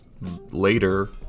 later